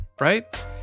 Right